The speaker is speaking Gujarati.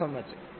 ચાલો સમજીએ